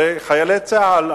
הרי חיילי צה"ל,